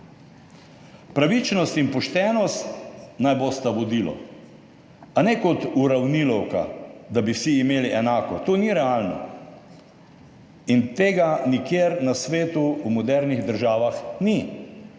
Pravičnost in poštenost naj bosta vodilo, a ne kot uravnilovka, da bi vsi imeli enako. To ni realno in tega nikjer na svetu v modernih državah ni.